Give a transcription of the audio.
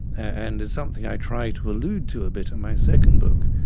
and it's something i try to allude to a bit in my second book,